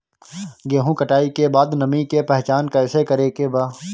गेहूं कटाई के बाद नमी के पहचान कैसे करेके बा?